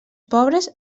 pobres